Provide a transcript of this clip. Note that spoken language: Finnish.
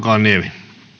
herra